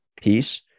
peace